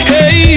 Hey